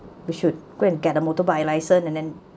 we should go and get a motorbike licence and then